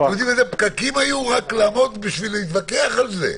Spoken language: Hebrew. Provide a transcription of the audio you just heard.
אתם יודעים איזה פקקים היו רק לעמוד בשביל להתווכח על זה?